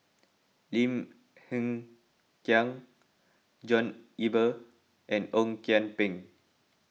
Lim Hng Kiang John Eber and Ong Kian Peng